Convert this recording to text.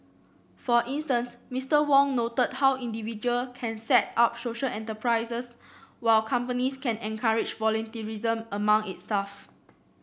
for instance Mister Wong noted how individual can set up social enterprises while companies can encourage volunteerism among its staffs